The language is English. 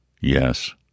Yes